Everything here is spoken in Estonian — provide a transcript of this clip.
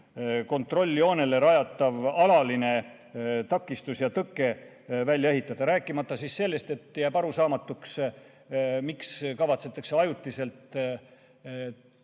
kontrolljoonele rajatav alaline takistus või tõke välja ehitada. Rääkimata sellest, et jääb arusaamatuks, miks kavatsetakse ajutiselt tõkkeid